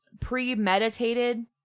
premeditated